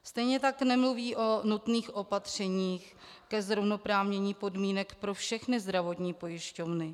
Stejně tak nemluví o nutných opatřeních ke zrovnoprávnění podmínek pro všechny zdravotní pojišťovny.